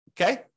okay